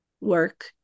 work